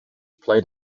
played